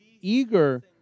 eager